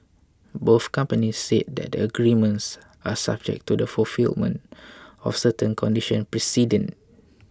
both companies said that the agreements are subject to the fulfilment of certain conditions precedent